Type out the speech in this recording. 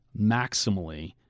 maximally